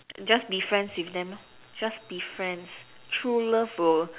just be friends with them lor just be friends true love will